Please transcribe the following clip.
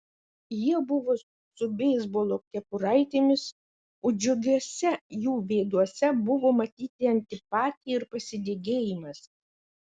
jie buvo su beisbolo kepuraitėmis o džiugiuose jų veiduose buvo matyti antipatija ir pasidygėjimas